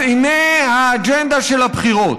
אז הינה האג'נדה של הבחירות.